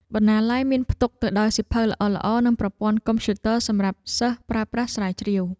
បណ្ណាល័យមានផ្ទុកទៅដោយសៀវភៅល្អៗនិងប្រព័ន្ធកុំព្យូទ័រសម្រាប់សិស្សប្រើប្រាស់ស្រាវជ្រាវ។